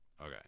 Okay